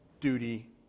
duty